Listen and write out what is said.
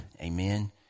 amen